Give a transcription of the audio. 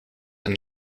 een